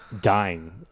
Dying